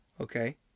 Okay